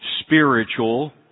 spiritual